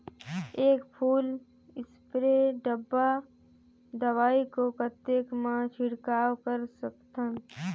एक full spray डब्बा दवाई को कतेक म छिड़काव कर सकथन?